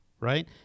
right